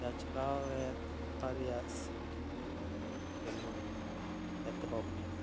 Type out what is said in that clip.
ᱪᱟᱪᱞᱟᱣᱮᱫ ᱨᱮᱯᱷᱟᱨᱤᱭᱟᱜ ᱥᱤᱴᱤ ᱛᱮ ᱠᱷᱮᱞᱚᱰ ᱫᱚ ᱮᱛᱚᱦᱚᱵ ᱞᱮᱱᱟ